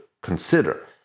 consider